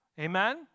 Amen